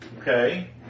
Okay